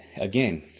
Again